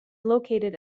located